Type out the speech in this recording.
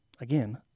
Again